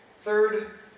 Third